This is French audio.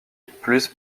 plus